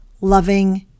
loving